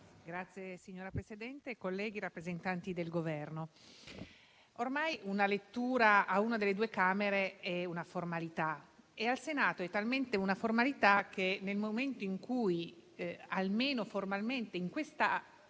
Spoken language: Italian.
Signora Presidente, colleghi, rappresentanti del Governo, ormai la lettura in una delle due Camere è una formalità. E al Senato è talmente una formalità che, nel momento in cui almeno formalmente in quest'Aula